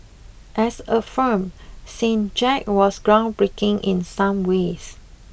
as a film Saint Jack was groundbreaking in some ways